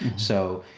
so